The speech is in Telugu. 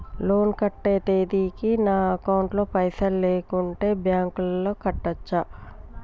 లోన్ కట్టే తేదీకి నా అకౌంట్ లో పైసలు లేకుంటే బ్యాంకులో కట్టచ్చా?